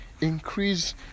Increase